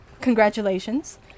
Congratulations